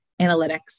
analytics